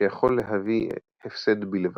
שיכול להביא הפסד בלבד,